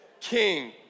King